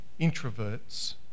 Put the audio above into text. introverts